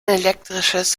elektrisches